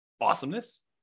Awesomeness